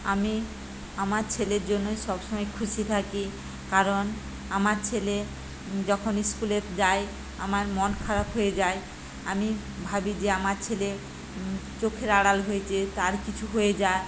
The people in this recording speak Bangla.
আমি আমার ছেলের জন্যে সব সময় খুশি থাকি কারণ আমার ছেলে যখন স্কুলে যায় আমার মন খারাপ হয়ে যায় আমি ভাবি যে আমার ছেলে চোখের আড়াল হয়েছে তার কিছু হয়ে যায়